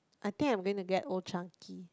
I think I'm going to get Old-Chang-Kee